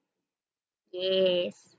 yes